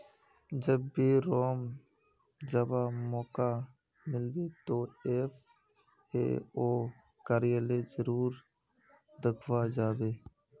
जब भी रोम जावा मौका मिलबे तो एफ ए ओ कार्यालय जरूर देखवा जा बो